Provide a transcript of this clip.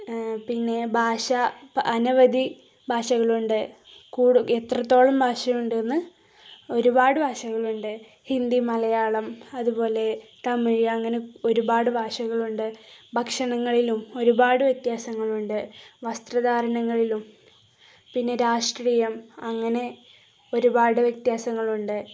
പിന്നെ ഭാഷ അനവധി ഭാഷകളുണ്ട് എത്രത്തോളം ഭാഷയുണ്ടെന്ന് ഒരുപാട് ഭാഷകളുണ്ട് ഹിന്ദി മലയാളം അതുപോലെ തമിഴ് അങ്ങനെ ഒരുപാട് ഭാഷകളുണ്ട് ഭക്ഷണങ്ങളിലും ഒരുപാട് വ്യത്യാസങ്ങളുണ്ട് വസ്ത്രധാരണങ്ങളിലും പിന്നെ രാഷ്ട്രീയം അങ്ങനെ ഒരുപാട് വ്യത്യാസങ്ങളുണ്ട്